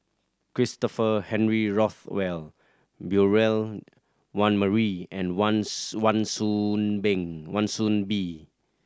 Christopher Henry Rothwell Beurel Wan Marie and Wan Wan Soon Been Wan Soon Bee